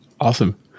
Awesome